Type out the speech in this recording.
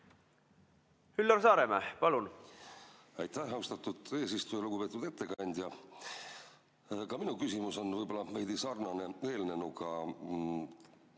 Üllar Saaremäe, palun!